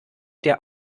der